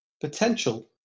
potential